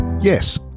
Yes